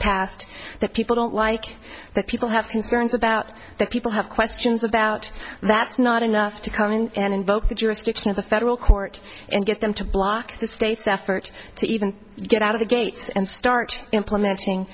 passed that people don't like that people have concerns about that people have questions about that's not enough to come in and invoke the jurisdiction of the federal court and get them to block the state's effort to even get out of the gates and start implementing